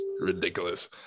ridiculous